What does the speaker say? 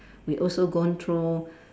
we also gone through